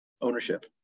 ownership